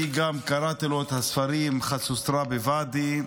אני קראתי את הספרים שלו "חצוצרה בוואדי",